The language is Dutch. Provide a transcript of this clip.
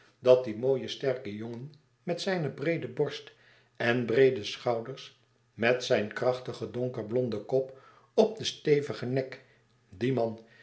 dat die mooie sterke jongen met zijne breede borst en breede schouders met zijn krachtigen donkerblonden kop op den stevigen nek